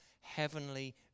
heavenly